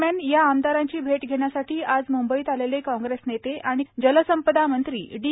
दरम्यान या आमदारांची भेट घेण्यासाठी आज मुंबईत आलेले काँग्रेस नेते आणि कर्नाटकचे जलसंपदा मंत्री डी